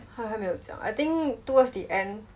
她没有讲 I think towards the end